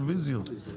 כן.